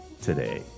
today